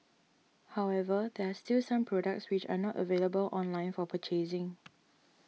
however there are still some products which are not available online for purchasing